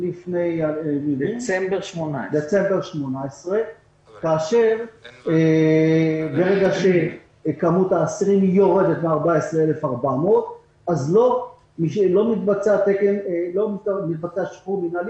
דצמבר 18'. ברגע שכמות האסירים יורדת מ-14,400 לא מתבצע שחרור מינהלי.